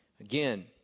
Again